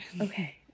okay